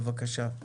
בבקשה.